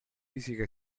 fisica